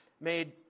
made